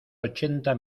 ochenta